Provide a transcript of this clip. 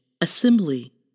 assembly